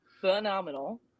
Phenomenal